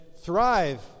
thrive